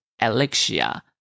Alexia